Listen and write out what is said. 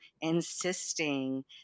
insisting